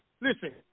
listen